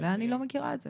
אולי אני לא מכירה את זה.